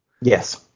Yes